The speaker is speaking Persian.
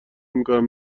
میکنم